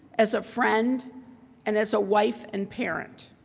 as a friend and as a wife and parent.